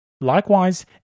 Likewise